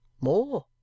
More